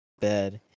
bed